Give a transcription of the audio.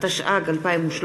זהבה גלאון,